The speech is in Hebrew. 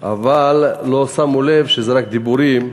אבל לא שמו לב שזה רק דיבורים.